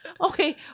Okay